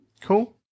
cool